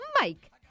Mike